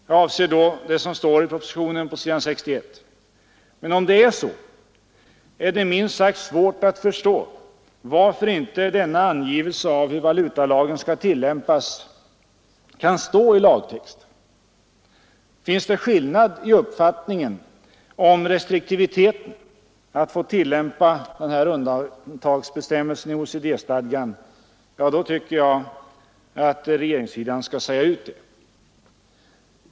Jag avser då det som står i propositionen på s. 61. Men om det är så, är det minst sagt svårt att förstå varför inte denna angivelse om hur valutalagen skall tillämpas kan stå i lagtext. Finns det skillnad i uppfattningen om restriktiviteten när det gäller att få tillämpa denna undantagsbestämmelse i OECD-stadgan, tycker jag att regeringssidan skall säga ut det.